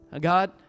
God